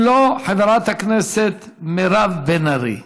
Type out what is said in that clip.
אם לא, חברת הכנסת מירב בן ארי.